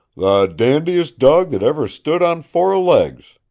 the dandiest dawg that ever stood on four legs,